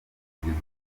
ubugizi